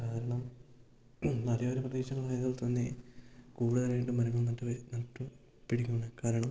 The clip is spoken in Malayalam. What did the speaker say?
കാരണം മലയോര പ്രദേശങ്ങളായതിൽ തന്നെ കൂടുതലായിട്ടും മരങ്ങൾ നട്ടു നട്ടു പിടിപ്പിക്കുമെന്ന് കാരണം